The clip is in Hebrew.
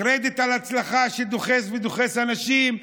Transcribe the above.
קרדיט על הצלחה שדוחסים ודוחסים אנשים.